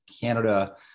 Canada